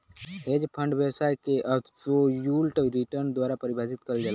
hedge fund व्यवसाय के absolute return द्वारा परिभाषित करल जाला